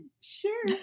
Sure